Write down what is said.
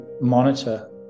monitor